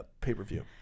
pay-per-view